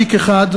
תיק אחד,